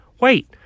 Wait